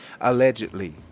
allegedly